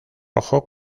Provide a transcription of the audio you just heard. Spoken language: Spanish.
rojo